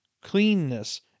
cleanness